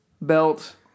belt